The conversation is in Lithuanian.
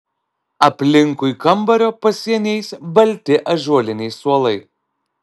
aplinkui kambario pasieniais balti ąžuoliniai suolai